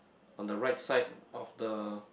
on the right side of the